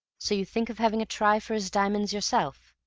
so you think of having a try for his diamonds yourself?